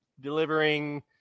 delivering